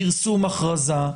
פרסום הכרזה,